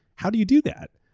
how do you do that,